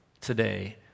today